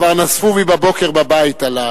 כבר נזפו בי בבוקר בבית על,